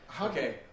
okay